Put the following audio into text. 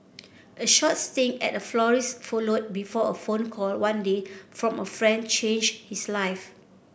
a short stint at a florist followed before a phone call one day from a friend changed his life